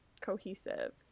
cohesive